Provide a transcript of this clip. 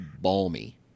balmy